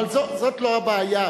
אבל זאת לא הבעיה.